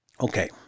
Okay